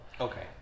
Okay